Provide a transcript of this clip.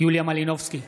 יוליה מלינובסקי,